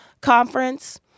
conference